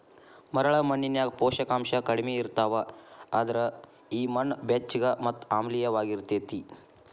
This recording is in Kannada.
ಮರಳ ಮಣ್ಣಿನ್ಯಾಗ ಪೋಷಕಾಂಶ ಕಡಿಮಿ ಇರ್ತಾವ, ಅದ್ರ ಈ ಮಣ್ಣ ಬೆಚ್ಚಗ ಮತ್ತ ಆಮ್ಲಿಯವಾಗಿರತೇತಿ